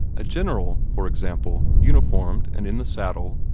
a general, for example, uniformed and in the saddle,